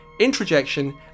introjection